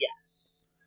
yes